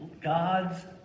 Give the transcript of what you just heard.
God's